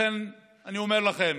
לכן אני אומר לכם,